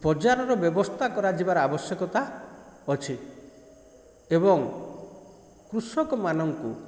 ବଜାରର ବ୍ୟବସ୍ଥା କରାଯିବାର ଆବଶ୍ୟକତା ଅଛି ଏବଂ କୃଷକମାନଙ୍କୁ